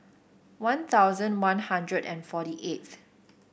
One Thousand One Hundred and forty eighth